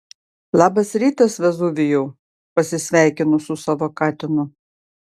labas rytas vezuvijau pasisveikinu su savo katinu